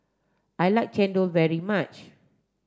I like Chendol very much